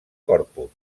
corpus